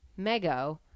Mego